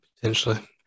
potentially